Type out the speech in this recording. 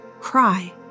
cry